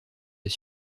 des